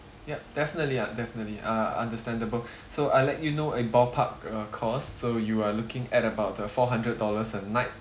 yup definitely uh definitely uh understandable so I let you know a ballpark uh costs so you are looking at about uh four hundred dollars a night